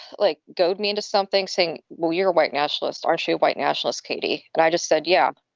like goad me into something saying, well, you're a white nationalist. our show, white nationalist, katie. and i just said, yeah,